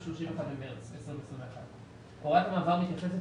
31 במארס 2021. הוראת המעבר מתייחסת